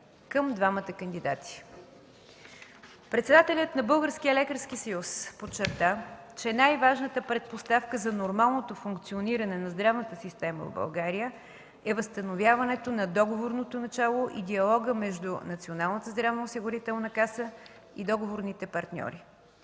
към двамата кандидати. Председателят на Българския лекарски съюз подчерта, че най-важната предпоставка за нормалното функциониране на здравната система в България е възстановяването на договорното начало и диалога между Националната здравноосигурителна каса и договорните партньори.